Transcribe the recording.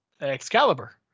Excalibur